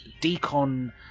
decon